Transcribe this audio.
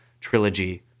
trilogy